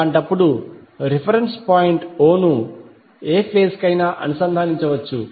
అలాంటప్పుడు reference point o ను ఏ ఫేజ్ కైనా అనుసంధానించవచ్చు